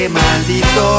maldito